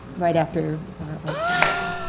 right after our, our selection.